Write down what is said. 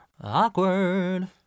awkward